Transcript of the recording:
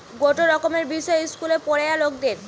গটে রকমের বিষয় ইস্কুলে পোড়ায়ে লকদের